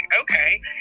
okay